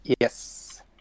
yes